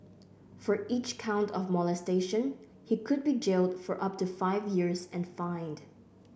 for each count of molestation he could be jailed for up to five years and fined